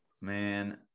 Man